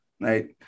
right